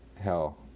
hell